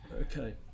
okay